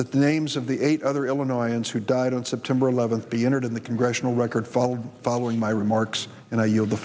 that the names of the eight other illinois ends who died on september eleventh be entered in the congressional record followed following my remarks and